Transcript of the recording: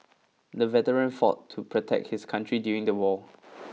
the veteran fought to protect his country during the war